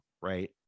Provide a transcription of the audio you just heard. right